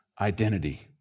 identity